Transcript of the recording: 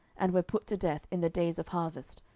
and were put to death in the days of harvest,